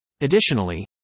Additionally